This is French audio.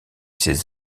ses